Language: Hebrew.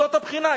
זאת הבחינה,